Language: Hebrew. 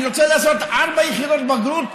אני רוצה לעשות ארבע יחידות בגרות.